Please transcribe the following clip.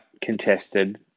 contested